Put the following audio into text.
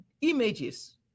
images